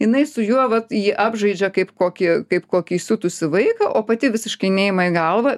jinai su juo vat jį apžaidžia kaip kokį kaip kokį įsiutusį vaiką o pati visiškai neima į galvą